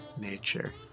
nature